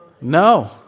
No